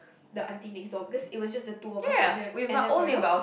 the aunty next door because it was just the two of us and their and their corridor